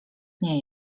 nie